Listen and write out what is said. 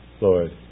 Lord